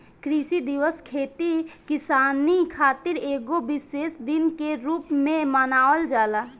कृषि दिवस खेती किसानी खातिर एगो विशेष दिन के रूप में मनावल जाला